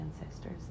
ancestors